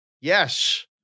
yes